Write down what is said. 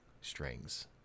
strings